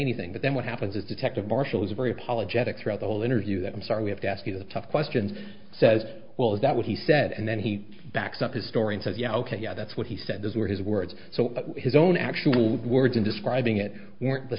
anything but then what happens is detective marshall is very apologetic throughout the whole interview that i'm sorry we have to ask you the tough questions says well is that what he said and then he backs up his story and says yeah ok yeah that's what he said those were his words so his own actual words in describing it weren't the